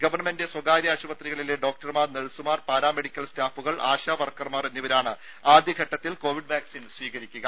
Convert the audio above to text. government സ്വകാര്യ ആശുപത്രികളിലെ ഡോക്ടർമാർ നഴ്സുമാർ പാരാമെഡിക്കൽ സ്റ്റാഫുകൾ ആശാ വർക്കർമാർ എന്നിവരാണ് ആദ്യ ഘട്ടത്തിൽ കോവിഡ് വാക്സിൻ സ്വീകരിക്കുക